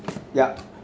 yup